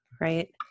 right